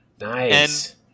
Nice